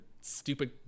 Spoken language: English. stupid